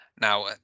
Now